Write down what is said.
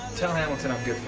tell hamilton i'm good